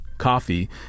coffee